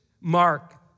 mark